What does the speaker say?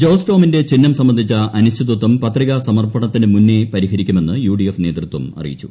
ജോസ് ടോമിന്റെ ചിഹ്നം സംബന്ധിച്ച അനിശ്ചിതത്വം പത്രികാസമർപ്പണത്തിനു മുന്നേ പരിഹരിക്കുമെന്ന് യുഡിഎഫ് നേതൃത്വം അറിയിച്ചു